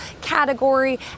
category